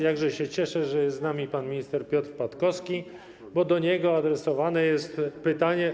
Jakże się cieszę, że jest z nami pan minister Piotr Patkowski, bo do niego adresowane jest pytanie.